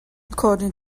according